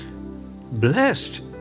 Blessed